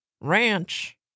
Ranch